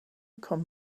come